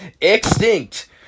Extinct